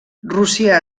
rússia